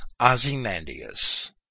Ozymandias